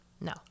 No